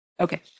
Okay